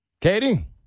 Katie